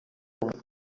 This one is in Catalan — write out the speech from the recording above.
clar